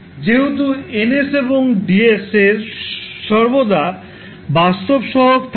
যেহেতু N এবং D এর সর্বদা বাস্তব সহগ থাকে